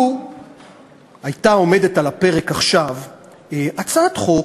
לו הייתה עומדת על הפרק עכשיו הצעת חוק,